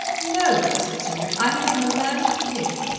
no, said cedric. i'm being a learned pig.